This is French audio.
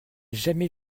jamais